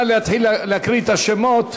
נא להתחיל להקריא את השמות.